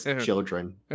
children